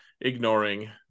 ignoring